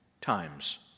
times